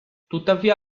tuttavia